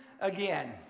again